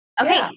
okay